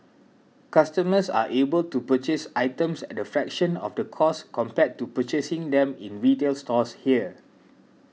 customers are able to purchase items at a fraction of the cost compared to purchasing them in retail stores here